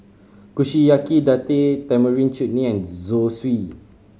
Kushiyaki Date Tamarind Chutney and Zosui